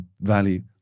value